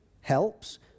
helps